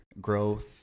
growth